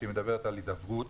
שהיא מדברת על הידברות